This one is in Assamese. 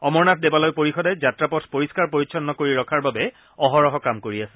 অমৰনাথ দেৱালয় পৰিষদে যাত্ৰা পথ পৰিষ্ণাৰ পৰিচ্ছন্ন কৰি ৰখাৰ বাবে অহৰহ কাম কৰি আছে